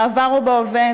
בעבר ובהווה,